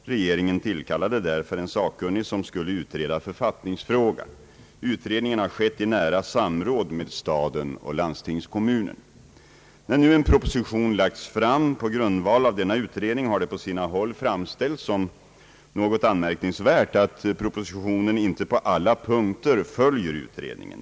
Regeringen tillkallade därför en sakkunnig som skulle utreda författningsfrågan. Utredningen har skett i nära samråd med staden och landstingskommunen. När nu en proposition lagts fram på grundval av denna utredning har det på sina håll framställts som något anmärkningsvärt att propositionen inte på alla punkter följer utredningen.